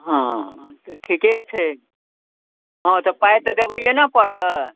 हाँ तऽ ठीके छै हँ तऽ पाइ तऽ देबैये ने पड़तै